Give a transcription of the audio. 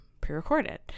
pre-recorded